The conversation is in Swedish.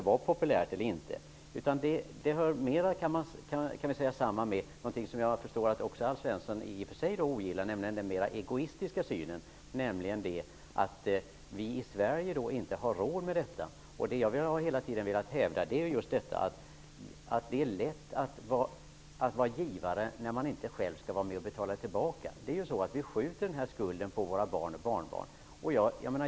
Det hör mera samman med något annat som jag förstår att Alf Svensson också ogillar, nämligen den mera egoistiska synen. Vi i Sverige har inte råd med detta. Jag har hela tiden hävdat att det är lätt att vara givare när man inte själv skall vara med och betala tillbaka. Vi skjuter över den här skulden på våra barn och barnbarn.